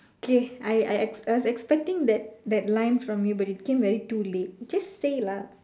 K I I I I was expecting that that line from you but it came very too late just say lah